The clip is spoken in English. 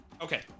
Okay